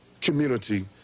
community